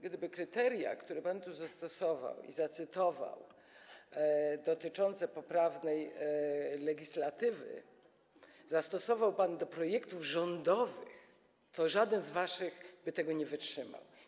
Gdyby kryteria, które pan tu zastosował i zacytował, dotyczące poprawnej legislacji zastosował pan do projektów rządowych, to żaden z waszych projektów by tego nie wytrzymał.